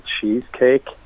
cheesecake